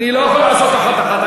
אתה יכול לעשות אחת-אחת.